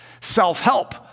Self-help